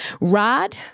Rod